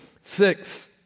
six